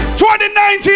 2019